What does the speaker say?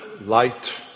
light